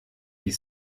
die